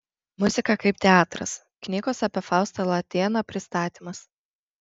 muzika kaip teatras knygos apie faustą latėną pristatymas